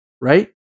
right